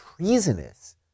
treasonous